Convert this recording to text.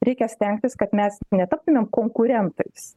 reikia stengtis kad mes netaptumėm konkurentais